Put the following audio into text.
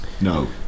No